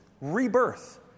rebirth